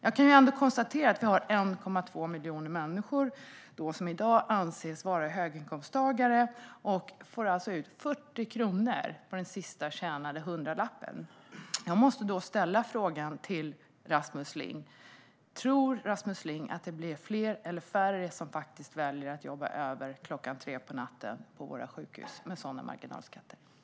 Jag kan konstatera att vi har 1,2 miljoner människor som i dag anses vara höginkomsttagare och som alltså får ut 40 kronor av den sista tjänade hundralappen. Jag måste därför ställa frågan till Rasmus Ling: Tror Rasmus Ling att det blir fler eller färre som väljer att jobba över klockan tre på natten på våra sjukhus med sådana marginalskatter?